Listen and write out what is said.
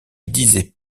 disait